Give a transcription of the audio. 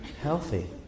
healthy